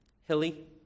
hilly